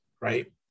right